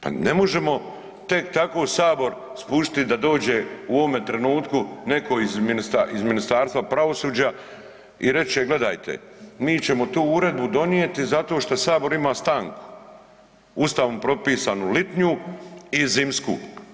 Pa ne možemo tek tako Sabor spustiti da dođe u ovome trenutku netko iz Ministarstva pravosuđa i reći će gledajte, mi ćemo tu uredbu donijeti zato što Sabor ima stanku, Ustavom propisanu ljetnu i zimsku.